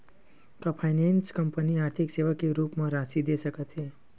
का finance company आर्थिक सेवा के रूप म राशि दे सकत हे?